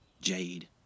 jade